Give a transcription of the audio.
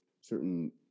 certain